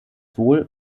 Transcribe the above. wohl